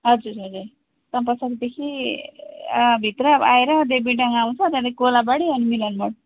हजुर हजुर चम्पासरीदेखि भित्र आएर देवीढाङ्गा आउँछ त्यहाँदेखि कोलाबारी अनि मिलनमोड